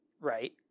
Right